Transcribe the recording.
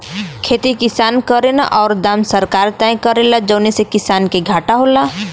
खेती किसान करेन औरु दाम सरकार तय करेला जौने से किसान के घाटा होला